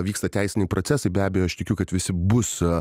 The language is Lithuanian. vyksta teisiniai procesai be abejo aš tikiu kad visi bus